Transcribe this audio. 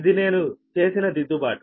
ఇది నేను చేసిన దిద్దుబాటు